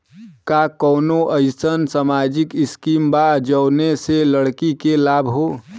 का कौनौ अईसन सामाजिक स्किम बा जौने से लड़की के लाभ हो?